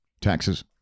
Taxes